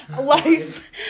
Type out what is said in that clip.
life